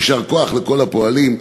יישר כוח לכל הפועלים,